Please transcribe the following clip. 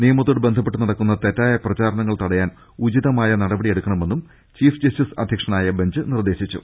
നിയ മത്തോട് ബന്ധപ്പെട്ട് നടക്കുന്ന തെറ്റായ പ്രചാരണങ്ങൾ തടയാൻ ഉചിതമായ നടപടി എടുക്കണമെന്നും ചീഫ് ജസ്റ്റിസ് അധ്യക്ഷനായ ബെഞ്ച് നിർദേശിച്ചു